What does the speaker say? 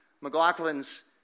McLaughlin's